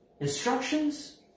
instructions